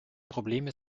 probleme